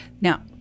Now